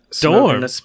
dorm